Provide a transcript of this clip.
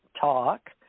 talk